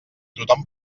tothom